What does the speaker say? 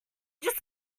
just